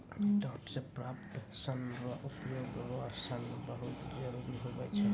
डांट से प्राप्त सन रो उपयोग रो सन बहुत जरुरी हुवै छै